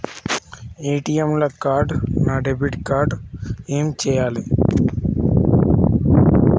ATM లా card పెడితే నా డెబిట్ కార్డ్ పని చేస్తలేదు ఏం చేయాలే?